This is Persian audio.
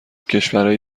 کشورای